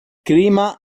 clima